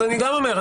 אז אני גם אומר,